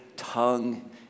tongue